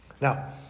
Now